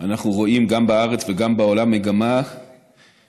אנחנו רואים גם בארץ וגם בעולם מגמה של